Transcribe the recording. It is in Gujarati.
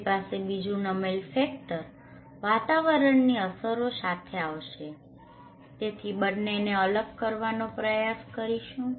આપણી પાસે બીજું નમેલ ફેક્ટર વાતાવરણની અસરો સાથે આવશે તેથી બંનેને અલગ કરવાનો પ્રયાસ કરીશું